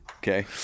Okay